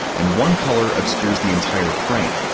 and one color obscures the entire frame.